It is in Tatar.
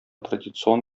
традицион